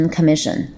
Commission